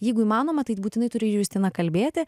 jeigu įmanoma tai būtinai turi ir justina kalbėti